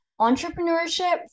entrepreneurship